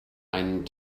einen